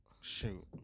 Shoot